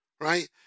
right